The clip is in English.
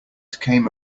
came